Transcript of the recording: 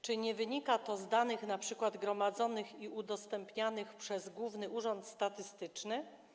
Czy nie wynika to z danych, np. gromadzonych i udostępnianych przez Główny Urząd Statystyczny?